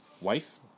Wife